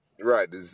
Right